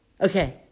Okay